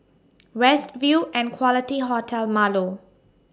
West View and Quality Hotel Marlow